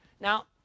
Now